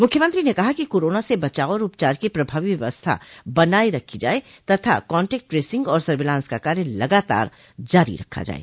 मुख्यमंत्री ने कहा कि कोरोना से बचाव और उपचार की प्रभावी व्यवस्था बनाये रखी जाये तथा कांटेक्ट ट्रेसिंग और सर्विलांस का कार्य लगातार जारी रखा जाये